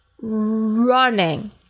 running